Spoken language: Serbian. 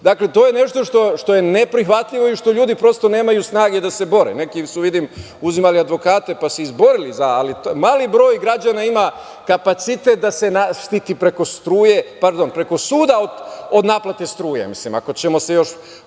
sam. Dakle, to je nešto što je neprihvatljivo i što ljudi prosto nemaju snage da se bore. Neki su uzimali advokate, pa se izborili, ali mali broj građana ima kapacitet da se štiti preko suda od naplate struje. Ako ćemo se još